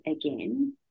again